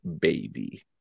baby